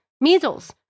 measles